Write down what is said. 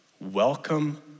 Welcome